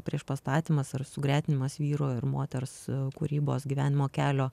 priešpastatymas ar sugretinimas vyro ir moters kūrybos gyvenimo kelio